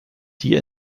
die